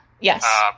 Yes